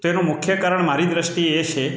તો એનું મુખ્ય કારણ મારી દૃષ્ટિએ એ છે